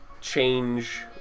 change